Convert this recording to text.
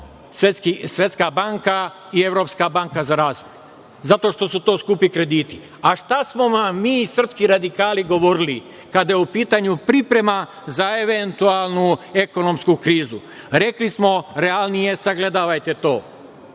Svetska banka i Evropska banka za razvoj, zato što su to skupi krediti. Šta smo vam mi srpski radikali govorili kada je u pitanju priprema za eventualnu ekonomsku krizu? Rekli smo da realnije to sagledavate,